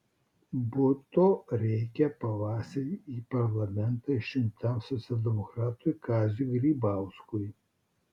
buto reikia pavasarį į parlamentą išrinktam socialdemokratui kaziui grybauskui